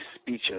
speeches